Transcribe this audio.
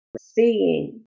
Seeing